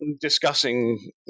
discussing